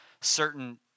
certain